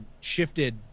shifted